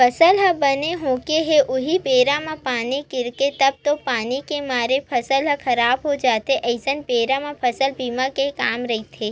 फसल ह बने होगे हे उहीं बेरा म पानी गिरगे तब तो पानी के मारे फसल ह खराब हो जाथे अइसन बेरा म फसल बीमा काम के रहिथे